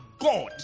God